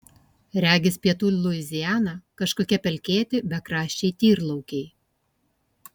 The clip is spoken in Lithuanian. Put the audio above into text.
regis pietų luiziana kažkokie pelkėti bekraščiai tyrlaukiai